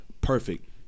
Perfect